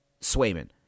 Swayman